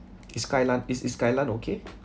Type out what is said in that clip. is kailan is is kailan okay